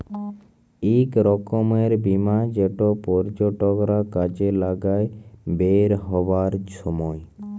ইক রকমের বীমা যেট পর্যটকরা কাজে লাগায় বেইরহাবার ছময়